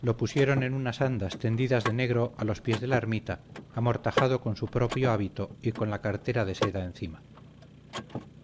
lo pusieron en unas andas tendidas de negro a los pies de la ermita amortajado con su propio hábito y con la cartera de seda encima